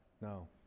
No